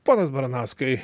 ponas baranauskai